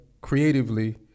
creatively